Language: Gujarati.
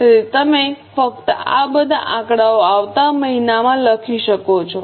તેથી તમે ફક્ત આ બધા આંકડાઓ આવતા મહિનામાં લખી શકો છો